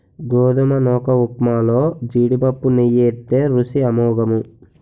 గోధుమ నూకఉప్మాలో జీడిపప్పు నెయ్యి ఏత్తే రుసి అమోఘము